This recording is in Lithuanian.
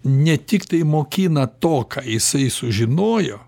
ne tiktai mokina to ką jisai sužinojo